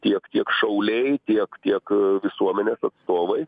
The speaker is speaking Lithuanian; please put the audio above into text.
tiek tiek šauliai tiek tiek visuomenės atstovai